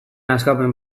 askapen